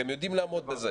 אתם יודעים לעמוד בזה,